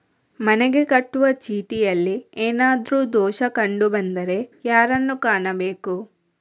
ಮನೆಗೆ ಕಟ್ಟುವ ಚೀಟಿಯಲ್ಲಿ ಏನಾದ್ರು ದೋಷ ಕಂಡು ಬಂದರೆ ಯಾರನ್ನು ಕಾಣಬೇಕು?